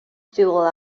fuel